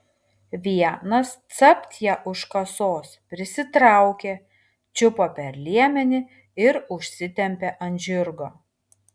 vienas capt ją už kasos prisitraukė čiupo per liemenį ir užsitempė ant žirgo